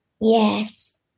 Yes